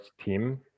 team